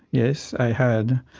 yes. i had.